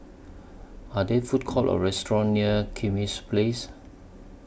Are There Food Courts Or restaurants near Kismis Place